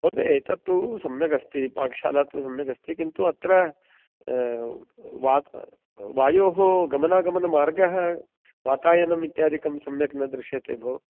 महोदय एतत्तु सम्यक् अस्ति पाकशाला तु सम्यगस्ति किन्तु अत्र वात वायोः गमनागमनमार्गः वातायनम् इत्यादिकं सम्यक् न दृश्यते भोः